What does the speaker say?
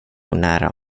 nära